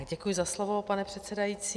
Děkuji za slovo, pane předsedající.